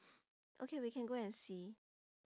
okay we can go and see